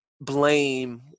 blame